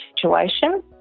situation